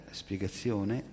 spiegazione